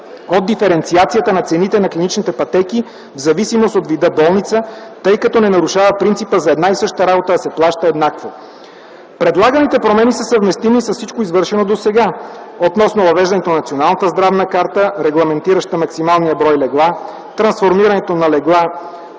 от диференциацията на цените на клиничните пътеки в зависимост от вида болница, тъй като не нарушава принципа за една и съща работа да се плаща еднакво. Предлаганите промени са съвместими с всичко извършено досега относно въвеждането на националната здравна карта, регламентираща максималния брой легла, трансформирането на легла